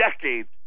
decades